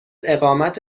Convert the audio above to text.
اقامت